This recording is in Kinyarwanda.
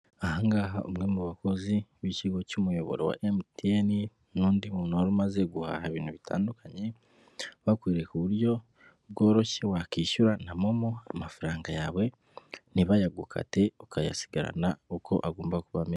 Ahangaha umwe mu bakozi b'ikigo cy'umuyoboro wa MTN n'undi muntu wari umaze guhaha ibintu bitandukanye bakwe ku buryo bworoshye wakwishyura na momo amafaranga yawe ntibayagukate ukayasigarana uko agomba kubamo ameze .